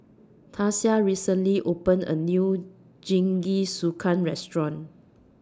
Tasia recently opened A New Jingisukan Restaurant